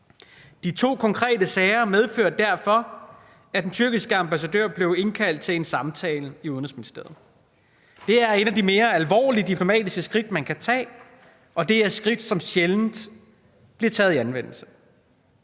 De to konkrete sager medførte derfor, at den tyrkiske ambassadør blev indkaldt til en samtale i Udenrigsministeriet. Det er et af de mere alvorlige diplomatiske skridt, man kan tage, og det er skridt, som sjældent bliver taget i anvendelse.